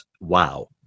wow